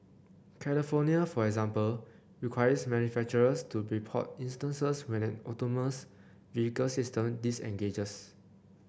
California for example requires manufacturers to report instances when an autonomous vehicle system disengages